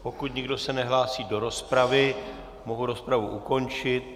Pokud nikdo se nehlásí do rozpravy, mohu rozpravu ukončit.